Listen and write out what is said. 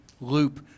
loop